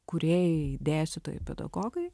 kūrėjai dėstytojai pedagogai